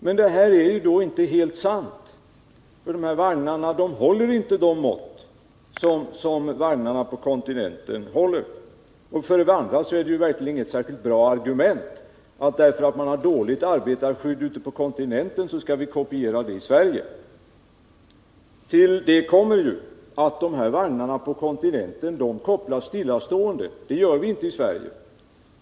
Men det här är då inte helt sant. Dessa vagnar håller inte de mått som vagnarna på kontinenten håller. Det är verkligen inget särskilt bra argument att eftersom man ute på kontinenten har ett dåligt arbetarskydd så skall vi kopiera det i Sverige. Till det kommer ju att de här vagnarna på kontinenten kopplas stillastående. Så sker inte i Sverige.